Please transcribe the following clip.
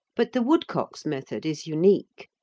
but the woodcock's method is unique.